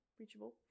reachable